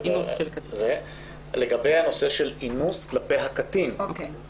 לגבי אינוס כלפי הקטין,